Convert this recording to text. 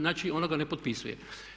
Znači, ono ga ne potpisuje.